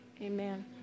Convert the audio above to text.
Amen